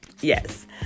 Yes